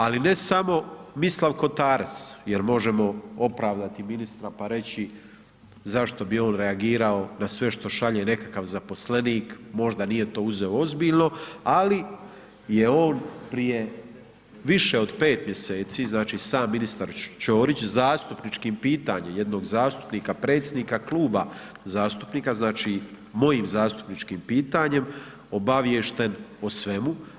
Ali ne samo Mislav Kotarac jer možemo opravdati ministra pa reći zašto bi on reagirao na sve što šalje nekakav zaposlenik, možda nije to uzeo ozbiljno ali je on prije više od 5 mjeseci, znači sam ministar Ćorić, zastupničkim pitanjem jednog zastupnika, predsjednika kluba zastupnika, znači mojim zastupničkim pitanjem obaviješten o svemu.